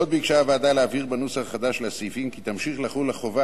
עוד ביקשה הוועדה להבהיר בנוסח החדש של הסעיפים כי תמשיך לחול החובה